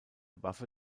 waffe